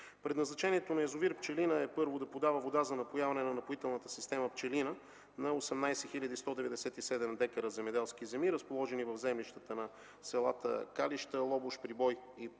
Предназначението на язовир „Пчелина” е, първо, да подава вода за напояване на напоителната система „Пчелина” на 18 хил. 197 дка земеделски земи, разположени в землищата на селата Калище, Лобош, Прибой и